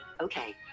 okay